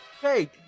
Hey